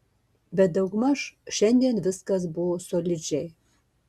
bet daugmaž šiandien viskas buvo solidžiai